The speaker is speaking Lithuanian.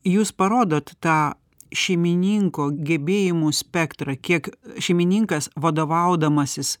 jūs parodot tą šeimininko gebėjimų spektrą kiek šeimininkas vadovaudamasis